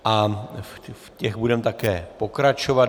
A v těch budeme také pokračovat.